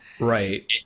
Right